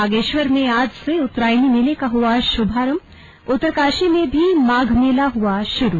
बागेश्वर में आज से उत्तरायणी मेले का हुआ शुभारंभउत्तरकाशी में भी माघ मेला हुआ शुरू